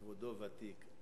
כבודו ותיק,